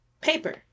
paper